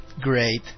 Great